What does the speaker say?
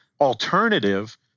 alternative